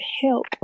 help